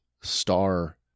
Star